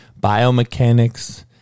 biomechanics